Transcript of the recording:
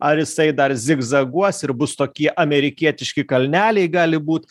ar jisai dar zigzaguos ir bus tokie amerikietiški kalneliai gali būt